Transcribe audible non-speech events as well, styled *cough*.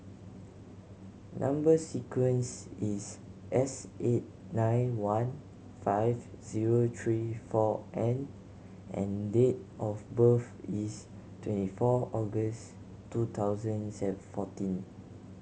number sequence is S eight nine one five zero three four N and date of birth is twenty four August two thousand *unintelligible* fourteen